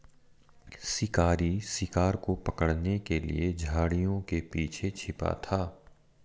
शिकारी शिकार को पकड़ने के लिए झाड़ियों के पीछे छिपा था